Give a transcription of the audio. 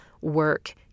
work